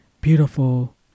beautiful